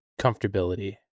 comfortability